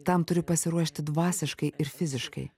tam turi pasiruošti dvasiškai ir fiziškai